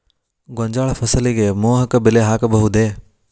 ಗೋಂಜಾಳ ಫಸಲಿಗೆ ಮೋಹಕ ಬಲೆ ಹಾಕಬಹುದೇ?